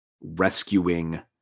rescuing